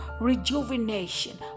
rejuvenation